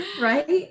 Right